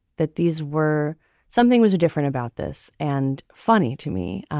that these were something was different about this. and funny to me.